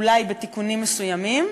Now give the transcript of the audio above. אולי בתיקונים מסוימים,